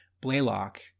Blaylock